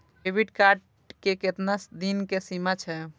Debit card के केतना दिन के सीमा छै?